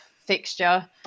fixture